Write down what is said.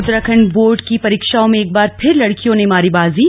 Uttarakhand board की परीक्षाओं में एक बार फिर लड़कियों ने मारी बाजी